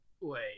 Wait